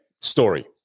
story